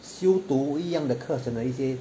修读一样的课程的一些